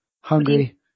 hungry